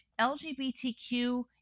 LGBTQ